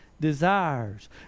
desires